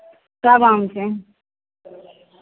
सभ आम छै